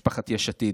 משפחת יש עתיד.